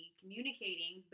communicating